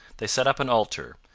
they set up an altar,